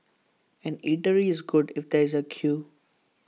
an eatery is good if there is A queue